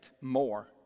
more